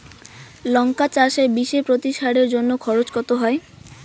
লঙ্কা চাষে বিষে প্রতি সারের জন্য খরচ কত হয়?